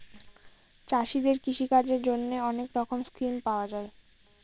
চাষীদের কৃষিকাজের জন্যে অনেক রকমের স্কিম পাওয়া যায়